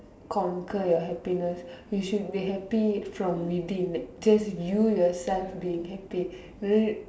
conquer your happiness you should be happy from within like just you yourself being happy